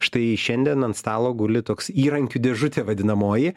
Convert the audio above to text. štai šiandien ant stalo guli toks įrankių dėžutė vadinamoji